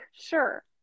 sure